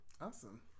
awesome